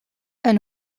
een